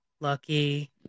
Lucky